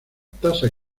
tasa